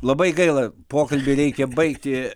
labai gaila pokalbį reikia baigti